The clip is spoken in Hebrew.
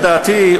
לדעתי,